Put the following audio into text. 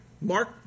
Mark